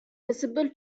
visible